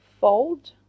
fold